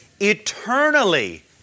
Eternally